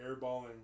airballing